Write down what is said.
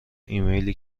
ایمیلی